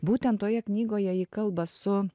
būtent toje knygoje ji kalba su